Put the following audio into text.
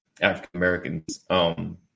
African-Americans